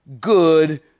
good